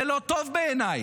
זה לא טוב בעיניי.